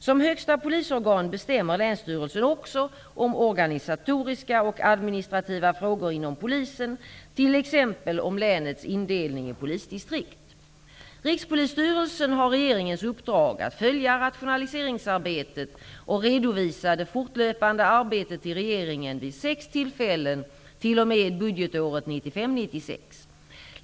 Som högsta polisorgan bestämmer länsstyrelsen också om organisatoriska och administrativa frågor inom polisen, t.ex. om länets indelning i polisdistrikt. Rikspolisstyrelsen har regeringens uppdrag att följa rationaliseringsarbetet och redovisa det fortlöpande arbetet till regeringen vid sex tillfällen t.o.m. budgetåret 1995/96.